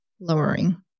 lowering